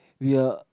we are